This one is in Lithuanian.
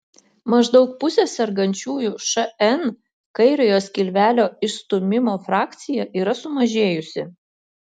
maždaug pusės sergančiųjų šn kairiojo skilvelio išstūmimo frakcija yra sumažėjusi